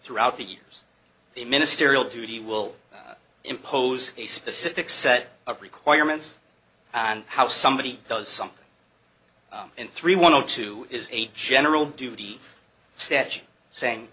throughout the years the ministerial duty will impose a specific set of requirements and how somebody does something in three one of two is a general duty statute saying